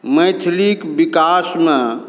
मैथिलीक विकासमे